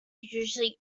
usually